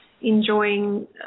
enjoying